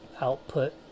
output